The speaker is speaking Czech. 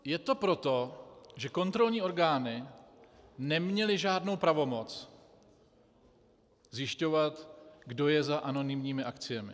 Je to proto, že kontrolní orgány neměly žádnou pravomoc zjišťovat, kdo je za anonymními akciemi.